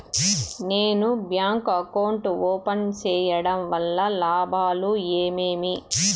నేను bank account open సేయడం వల్ల లాభాలు ఏమేమి?